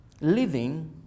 living